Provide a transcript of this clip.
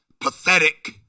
Pathetic